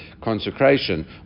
consecration